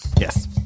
yes